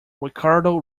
ricardo